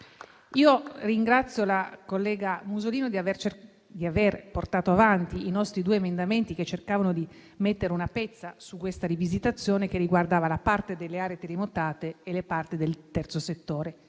Io ringrazio la collega Musolino per aver portato avanti i nostri due emendamenti, che cercavano di mettere una pezza su questa rivisitazione che riguardava la parte delle aree terremotate e le parti del terzo settore;